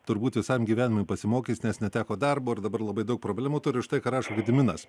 turbūt visam gyvenimui pasimokęs nes neteko darbo ir dabar labai daug problemų turi štai ką rašo gediminas